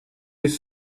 les